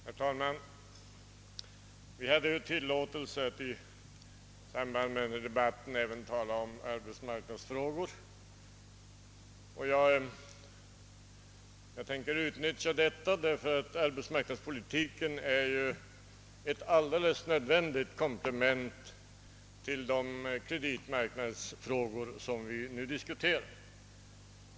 Herr talman! Vi har ju tillåtelse att i samband med behandlingen av det förevarande ärendet också diskutera arbetsmarknadsfrågor. Jag tänker utnyttja den möjligheten, ty arbetsmarknadspolitiken är ett alldeles nödvändigt komplement till de kreditmarknadsfrågor som behandlas i det föreliggande ärendet.